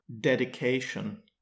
Dedication